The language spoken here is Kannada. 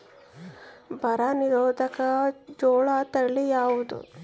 ಬರ ನಿರೋಧಕ ಜೋಳ ತಳಿ ಯಾವುದು?